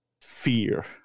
fear